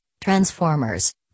transformers